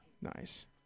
nice